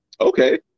okay